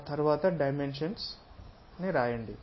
ఆ తరువాత డైమెన్షన్స్ రాయండి